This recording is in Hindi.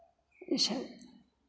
ई सब